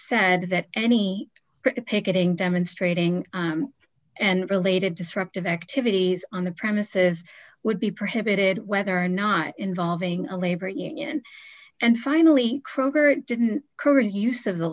said that any picketing demonstrating and related to script of activities on the premises would be prohibited whether or not involving a labor union and finally kroger didn't correct use of the